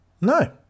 No